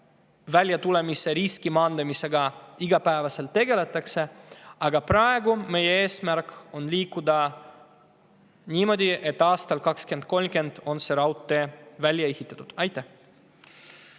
väljatulemise riski maandamisega igapäevaselt tegeletakse. Aga praegu on meie eesmärk liikuda niimoodi, et aastaks 2030 on see raudtee välja ehitatud. Suur